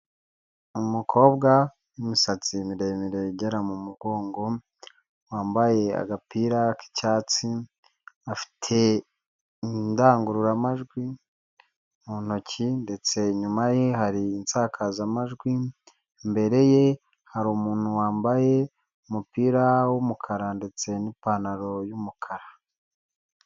Umukobwa w'imisatsi miremire igera mu mugongo, wambaye agapira k'icyatsi, afite indangururamajwi mu ntoki ndetse inyuma ye hari insakazamajwi, imbere ye hari umuntu wambaye umupira w'umukara ndetse n'ipantaro y'umukara.